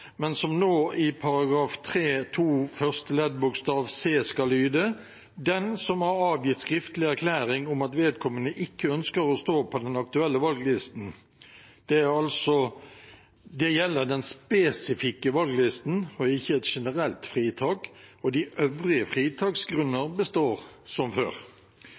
men som nå i § 3-2 første ledd skal lyde: «c) den som har avgitt skriftlig erklæring om at vedkommende ikke ønsker å stå på den aktuelle valglisten.» Det gjelder den spesifikke listen valglisten og er ikke et generelt fritak. De øvrige fritaksgrunner består som før.